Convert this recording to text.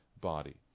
body